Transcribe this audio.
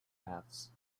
paths